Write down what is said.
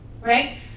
right